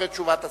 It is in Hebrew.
אחרי תשובת השר.